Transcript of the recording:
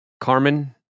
Carmen